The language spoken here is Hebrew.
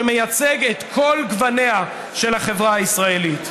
שמייצג את כל גווניה של החברה הישראלית.